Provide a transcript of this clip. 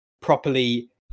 properly